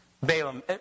Balaam